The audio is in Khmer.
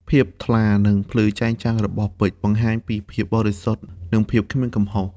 ភាពថ្លា និងភ្លឺចែងចាំងរបស់ពេជ្រ បង្ហាញពីភាពបរិសុទ្ធ និងភាពគ្មានកំហុស។